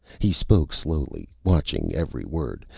he spoke slowly, watching every word,